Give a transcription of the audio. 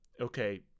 okay